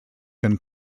can